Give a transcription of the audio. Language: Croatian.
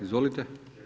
Izvolite.